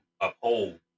uphold